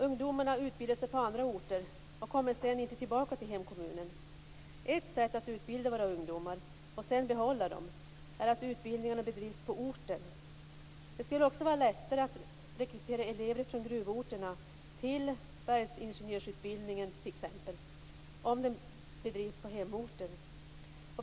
Ungdomarna utbildar sig på andra orter och kommer sedan inte tillbaka till hemkommunen. Ett sätt att behålla ungdomarna är att utbildningarna bedrivs på orten. Det skulle också vara lättare att rekrytera elever från gruvorterna till t.ex. bergsingenjörsutbildningen om utbildningen bedrivs på hemorten.